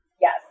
Yes